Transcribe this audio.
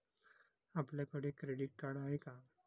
आपल्याकडे credit card आहे का?